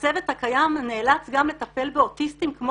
הצוות הקיים נאלץ גם לטפל באוטיסטים כמו